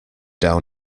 down